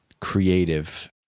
creative